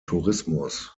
tourismus